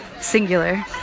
singular